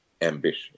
ambition